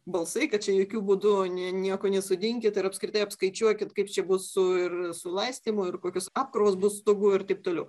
balsai kad čia jokiu būdu ne nieko nesodinkit ir apskritai apskaičiuokit kaip čia bus su ir su laistymu ir kokios apkrovos bus stogų ir taip toliau